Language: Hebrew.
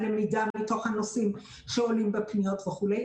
של הלמידה מתך הנושאים שעולים בפניות וכולי,